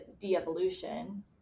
de-evolution